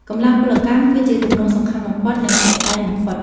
កម្លាំងពលកម្ម គឺជាទម្រង់សំខាន់បំផុត និងជាក់ស្តែងបំផុត។